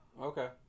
okay